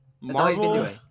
Marvel